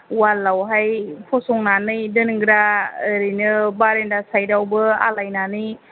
अवालावहाय फसंनानै दोनग्रा ओरैनो बारेनदा साइदावबो आलायनानै